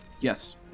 Yes